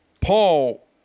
Paul